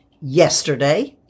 yesterday